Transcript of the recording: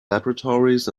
laboratories